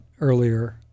earlier